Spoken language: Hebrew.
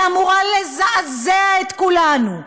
היא אמורה לזעזע את כולנו,